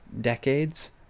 decades